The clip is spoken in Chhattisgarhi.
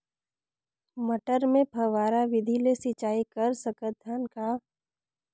मटर मे फव्वारा विधि ले सिंचाई कर सकत हन का?